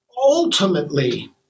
ultimately